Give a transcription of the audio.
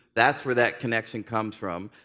that's where that connection comes from.